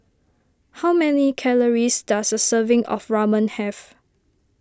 how many calories does a serving of Ramen have